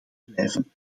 blijven